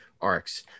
arcs